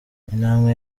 intambwe